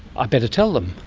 i better tell them.